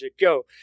go